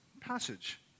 passage